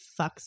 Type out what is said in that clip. fucks